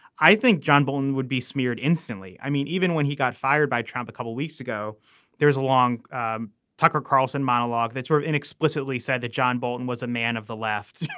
i think john bolton would be smeared instantly. i mean even when he got fired by trump a couple weeks ago there's a long ah tucker carlson monologue that's where it and explicitly said that john bolton was a man of the left.